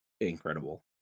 incredible